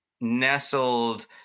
nestled